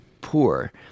poor